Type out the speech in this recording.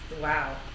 wow